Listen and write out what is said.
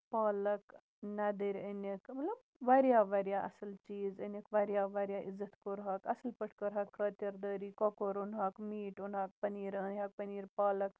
پالکھ نَدٔرۍ أنِکھ مطلب واریاہ واریاہ اَصٕل چیٖز أنِکھ واریاہ واریاہ عِزتھ کورہوکھ اَصٕل پٲٹھۍ کٔرہَکھ خٲطِر دٲری کۄکُر اوٚنہوکھ میٖٹ اونہوکھ پٔنیٖر اونہوکھ یا پٔنیٖر پالکھ